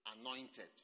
anointed